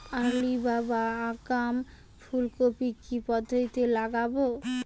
Early বা আগাম ফুল কপি কি পদ্ধতিতে লাগাবো?